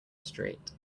street